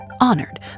Honored